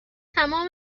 تمام